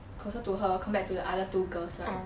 closer to her compared to the other two girls right